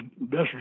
best